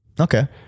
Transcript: Okay